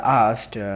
asked